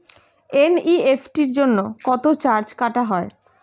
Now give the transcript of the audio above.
NEFT জন্য কত charge কাটা হয়?